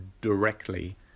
directly